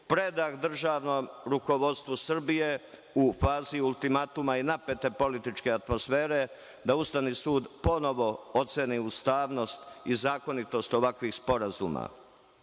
predah državnom rukovodstvu Srbije u fazi ultimatuma i napete političke atmosfere, da Ustavni sud ponovo oceni ustavnost i zakonitost ovakvih sporazuma. Ako